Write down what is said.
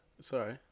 Sorry